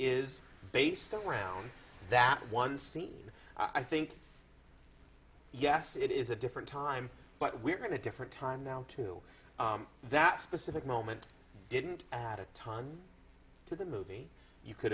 is based around that one scene i think yes it is a different time but we're going to different time now to that specific moment didn't add a time to the movie you could